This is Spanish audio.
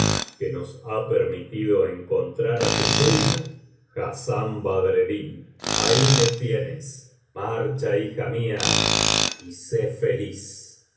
que nos ha permitido encontrar á tu primo hassán badreddin ahí le tienes marcha hija mía y sé feliz y